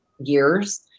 years